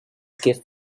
gift